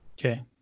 Okay